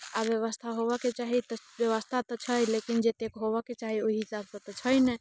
आओरो व्यवस्था होबऽके चाही तऽ व्यवस्था तऽ छै लेकिन जतेक होबऽ के चाही ओहि हिसाबसँ तऽ छै नहि